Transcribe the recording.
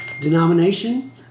denomination